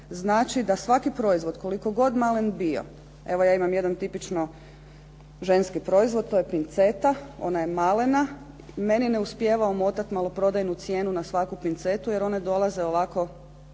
znači da svaki proizvod koliko god malen bio, evo ja imam jedan tipično ženski proizvod, to je pinceta. Ona je malena, meni ne uspijeva omotati maloprodajnu cijenu na svaku pincetu jer one dolaze ovako